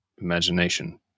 imagination